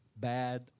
bad